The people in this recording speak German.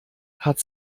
hat